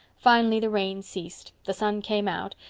finally the rain ceased, the sun came out,